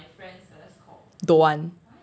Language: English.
don't want